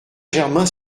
germain